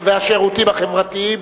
והשירותים החברתיים.